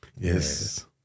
Yes